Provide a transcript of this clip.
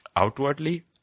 outwardly